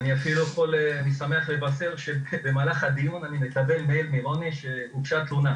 ואני אפילו שמח לבשר שבמהלך הדיון אני מקבל מייל שהוגשה תלונה